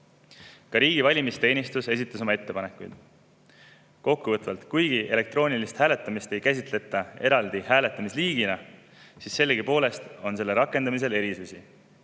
Ka riigi valimisteenistus esitas oma ettepanekuid. [Räägin neist] kokkuvõtvalt. Kuigi elektroonilist hääletamist ei käsitleta eraldi hääletamisliigina, siis sellegipoolest on selle rakendamisel erisusi.